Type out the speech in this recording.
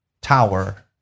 tower